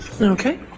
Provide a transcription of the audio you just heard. Okay